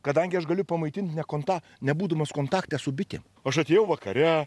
kadangi aš galiu pamaitint ne konta nebūdamas kontakte su bitėm aš atėjau vakare